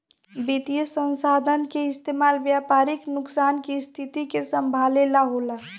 वित्तीय संसाधन के इस्तेमाल व्यापारिक नुकसान के स्थिति के संभाले ला होला